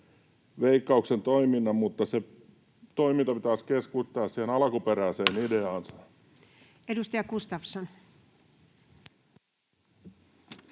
Veikkauksen toiminnan, mutta se toiminta pitäisi keskittää siihen alkuperäiseen ideaansa.